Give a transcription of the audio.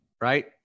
right